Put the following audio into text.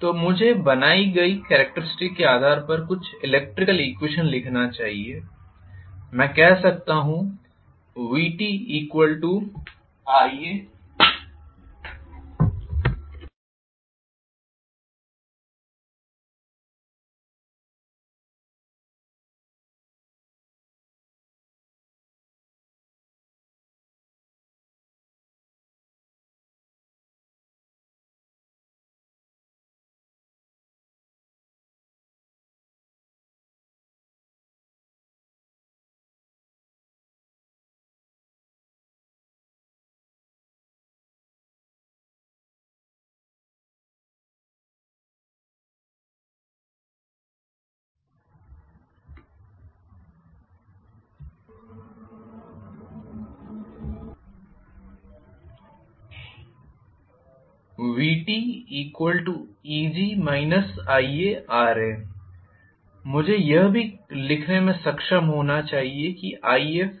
तो मुझे बनाई गयी कॅरेक्टरिस्टिक्स के आधार पर कुछ ईलेक्ट्रिकल ईक्वेशन लिखना चाहिए मैं कह सकता हूं VtEg IaRa मुझे यह भी लिखने में सक्षम होना चाहिए कि IfVdcRfRext